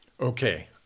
Okay